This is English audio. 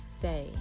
say